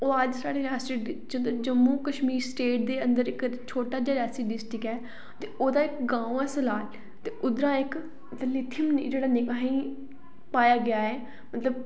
ओह् अज्ज साढ़ी रियासी डिस्ट्रिक्ट जम्मू कश्मीर स्टेट दे इक छोटा जेहा रियासी डिस्ट्रिक्ट ऐ ते ओहदा इक ग्रांव ऐ सलाल ते उद्धरा एह् इक लिथियम जेहड़ा असेंगी पाया गेआ ऐ मतलब